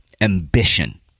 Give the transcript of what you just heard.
ambition